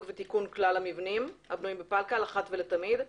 ותיקון כלל המבנים הבנויים בפלקל אחת ולתמיד.